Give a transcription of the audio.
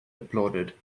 applauded